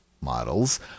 models